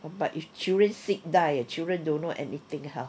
but if children seat die eh children don't know anything how